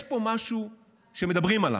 יש פה משהו שמדברים עליו,